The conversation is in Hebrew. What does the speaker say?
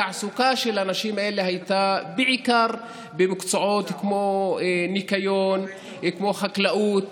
התעסוקה של הנשים האלה הייתה בעיקר במקצועות כמו ניקיון כמו חקלאות.